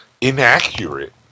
inaccurate